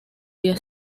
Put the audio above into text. día